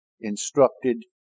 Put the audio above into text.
instructed